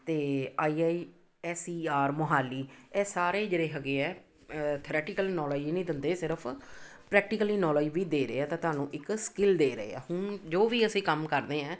ਅਤੇ I I S E R Mohali ਇਹ ਸਾਰੇ ਹੀ ਜਿਹੜੇ ਹੈਗੇ ਆ ਥਰੈਟੀਕਲ ਨੌਲੇਜ ਹੀ ਨਹੀਂ ਦਿੰਦੇ ਸਿਰਫ਼ ਪ੍ਰੈਕਟੀਕਲੀ ਨੌਲੇਜ ਵੀ ਦੇ ਰਹੇ ਆ ਤਾਂ ਤੁਹਾਨੂੰ ਇੱਕ ਸਕਿੱਲ ਦੇ ਰਹੇ ਆ ਹੁਣ ਜੋ ਵੀ ਅਸੀਂ ਕੰਮ ਕਰਦੇ ਹਾਂ